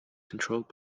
controlled